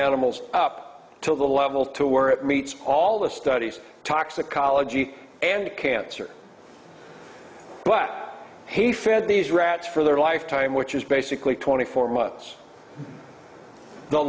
animals up to level two where it meets all the studies toxicology and cancer but he fed these rats for their lifetime which is basically twenty four months the